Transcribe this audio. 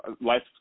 life